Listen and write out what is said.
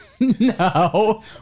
No